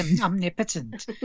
omnipotent